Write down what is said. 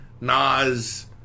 Nas